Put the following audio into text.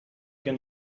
can